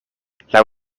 laŭ